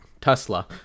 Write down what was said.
tesla